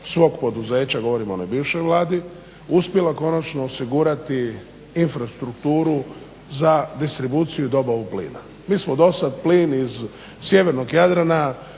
svog poduzeća, govorim o onoj bivšoj Vladi, uspjela konačno osigurati infrastrukturu za distribuciju i dobavu plina. Mi smo do sad plin iz sjevernog Jadrana